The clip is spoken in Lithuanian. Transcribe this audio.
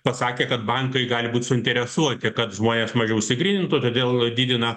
pasakė kad bankai gali būt suinteresuoti kad žmonės mažiau išsigrynintų todėl didina